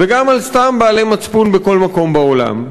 וגם על העולם סתם, בעלי מצפון בכל מקום בעולם,